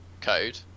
code